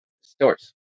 stores